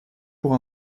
pour